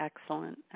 Excellent